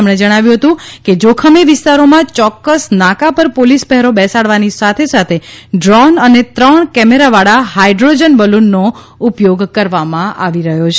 તેમણે જણાવ્યું હતું કે જોખમી વિસ્તારોમાં ચોક્કસ નાકા પર પોલીસ પહેરો બેસાડવાની સાથે સાથે ડ્રોન અને ત્રણ કેમેરાવાળા હાઇડ્રોજન બલૂનનો ઉપયોગ કરવામાં આવી રહ્યો છે